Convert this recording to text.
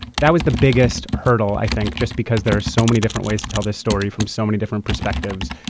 that was the biggest hurdle, i think, just because there are so many different ways to tell this story from so many different perspectives.